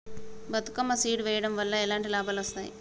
Bathukamma seed వెయ్యడం వల్ల ఎలాంటి లాభాలు వస్తాయి?